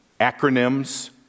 acronyms